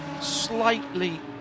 slightly